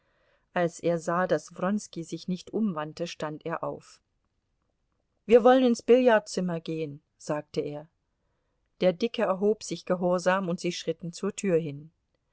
als er sah das wronski sich nicht umwandte stand er auf wir wollen ins billardzimmer gehen sagte er der dicke erhob sich gehorsam und sie schritten zur tür hin